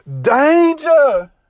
DANGER